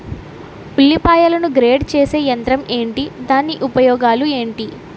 ఉల్లిపాయలను గ్రేడ్ చేసే యంత్రం ఏంటి? దాని ఉపయోగాలు ఏంటి?